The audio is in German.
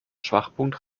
schwachpunkt